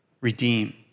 redeem